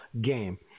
game